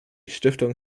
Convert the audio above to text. stiftung